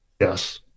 Yes